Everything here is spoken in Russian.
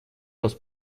раз